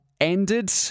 ended